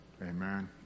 Amen